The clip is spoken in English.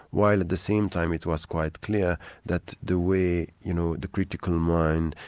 while at the same time it was quite clear that the way you know the critical mind,